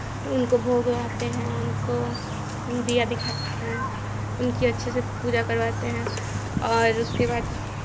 उनको भोग लगाते हैं उनको दीया दिखाते हैं उनकी अच्छे से पूजा करवाते हैं और उसके बाद